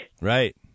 Right